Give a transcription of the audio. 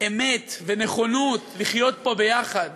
אמת ונכונות לחיות פה יחד